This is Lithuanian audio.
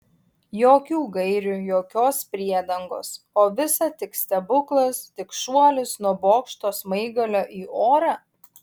jokių gairių jokios priedangos o visa tik stebuklas tik šuolis nuo bokšto smaigalio į orą